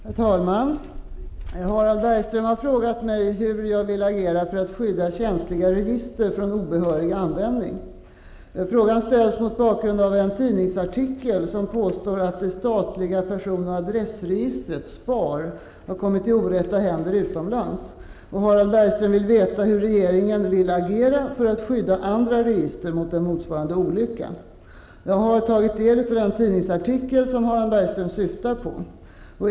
Herr talman! Harald Bergström har frågat mig hur jag vill agera för att skydda känsliga register från obehörig användning. Frågan ställs mot bakgrund av en tidningsartikel, som påstår att det statliga person och adressregistret, SPAR, kommit i orätta händer utomlands. Harald Bergström vill veta hur regeringen vill agera för att skydda andra register mot en motsvarande olycka. Jag har tagit del av den tidningsartikel som Harald Bergström syftar på.